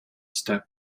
step